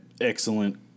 excellent